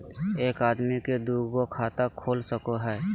एक आदमी के दू गो खाता खुल सको है?